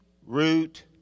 Root